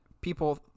people